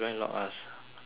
behind